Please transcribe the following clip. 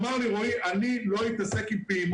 הוא אמר לי: רועי, אני לא אתעסק עם פעימות,